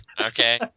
Okay